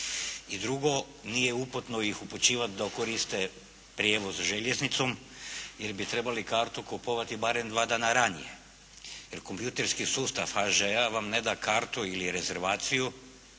I drugo, nije uputno ih upućivati da koriste prijevoz željeznicom jer bi trebali kartu kupovati barem dva dana ranije jer kompjutorski sustav HŽ-a vam ne da kartu ili rezervaciju